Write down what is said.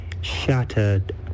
Shattered